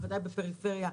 בוודאי בפריפריה,